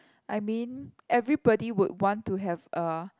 I mean everybody would want to have a